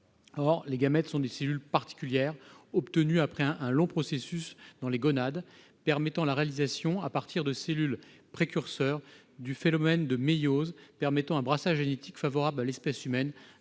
Or les gamètes sont des cellules particulières, obtenues après un long processus dans les gonades, favorisant la réalisation, à partir de cellules précurseurs, du phénomène de méiose, qui permet un brassage génétique favorable à l'espèce humaine,